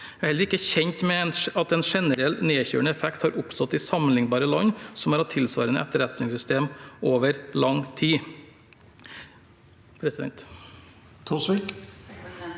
Jeg er heller ikke kjent med at en generelt nedkjølende effekt har oppstått i sammenlignbare land som har hatt tilsvarende etterretningssystem over lang tid.